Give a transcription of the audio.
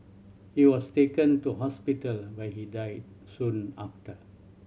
he was taken to hospital where he died soon after